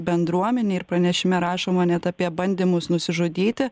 bendruomenei ir pranešime rašoma net apie bandymus nusižudyti